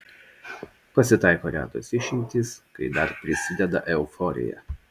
pasitaiko retos išimtys kai dar prisideda euforija